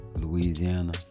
Louisiana